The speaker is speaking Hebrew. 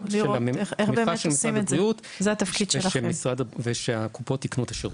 של משרד הבריאות ושהקופות יקנו את השירותים.